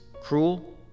cruel